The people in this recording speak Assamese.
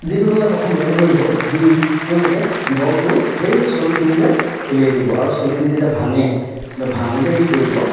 যিটো দলে প্ৰথম বেট ধৰিব সি তেওঁলোকে বলটো সেই চলিখিনিলে দলিয়াই দিব আৰু চলিখিনি যেতিয়া ভাঙে ভাঙোতে কি কৰিব